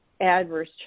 adverse